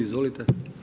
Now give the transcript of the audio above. Izvolite.